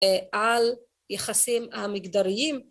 על יחסים המגדריים